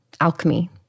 alchemy